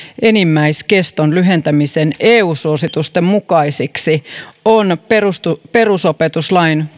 enimmäiskeston lyhentämisen eu suositusten mukaisiksi on perusopetuslain